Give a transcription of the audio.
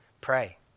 pray